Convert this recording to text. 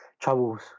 troubles